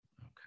Okay